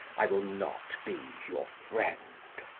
i will not be your friend,